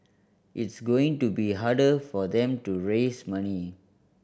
it's going to be harder for them to raise money